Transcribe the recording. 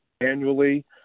annually